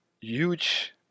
huge